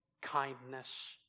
kindness